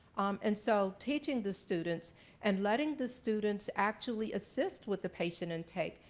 and so teaching the students and letting the students actually assist with the patient intake,